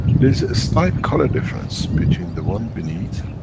there's a slight color difference between the one beneath